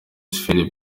phil